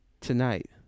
tonight